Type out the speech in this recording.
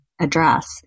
address